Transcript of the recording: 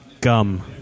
Gum